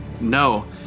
No